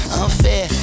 unfair